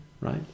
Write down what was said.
right